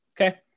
Okay